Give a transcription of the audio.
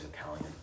Italian